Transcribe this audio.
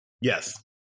Yes